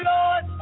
Lord